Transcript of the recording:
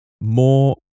more